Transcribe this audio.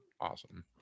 awesome